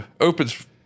Opens